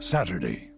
Saturday